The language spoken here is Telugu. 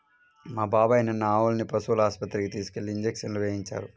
మా బాబాయ్ నిన్న ఆవుల్ని పశువుల ఆస్పత్రికి తీసుకెళ్ళి ఇంజక్షన్లు వేయించారు